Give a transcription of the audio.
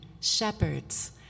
shepherds